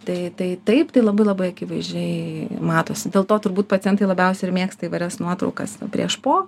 tai tai taip tai labai labai akivaizdžiai matosi dėl to turbūt pacientai labiausiai ir mėgsta įvairias nuotraukas prieš po